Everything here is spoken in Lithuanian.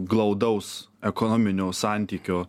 glaudaus ekonominio santykio